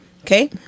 Okay